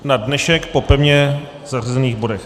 Na dnešek po pevně zařazených bodech.